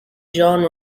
john